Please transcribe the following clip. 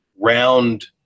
round